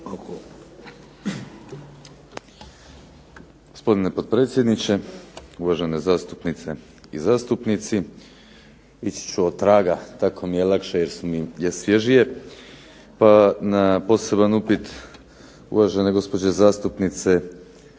Gospodine potpredsjedniče, uvažene zastupnice i zastupnici. Ići ću otraga, tako mi je lakše jer mi je svježije. Pa na poseban upit uvažene gospođe zastupnice